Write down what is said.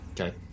okay